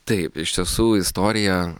taip iš tiesų istorija